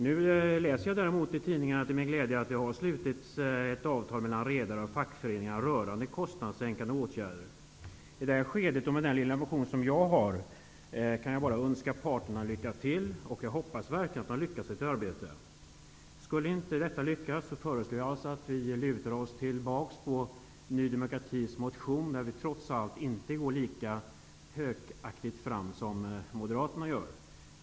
Nu läser jag däremot till min glädje i tidningarna att det har slutits ett avtal mellan redare och fackföreningar rörande kostnadssänkande åtgärder. I detta skede och med den lilla motion som jag har väckt, kan jag bara önska parterna lycka till. Jag hoppas verkligen att de lyckas i sitt arbete. Om de inte skulle lyckas, föreslår jag alltså att vi lutar oss tillbaka på Ny demokratis motion, där vi trots allt inte går lika hökaktigt fram som Moderaterna gör.